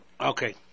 Okay